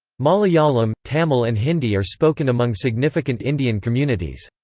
malayalam, tamil and hindi are spoken among significant indian communities.